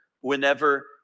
whenever